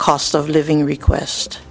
cost of living request